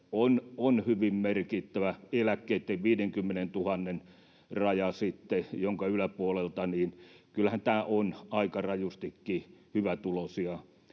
on hyvin merkittävä, sitten eläkkeitten 50 000:n raja, jonka yläpuolelta... Kyllähän tämä on aika rajustikin hyvätuloisia